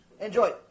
enjoy